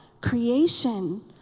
creation